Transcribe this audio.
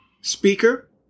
speaker